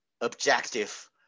objective